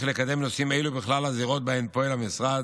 לקדם נושאים אלה בכלל הזירות שבהן פועל המשרד,